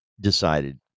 decided